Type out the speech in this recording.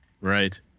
Right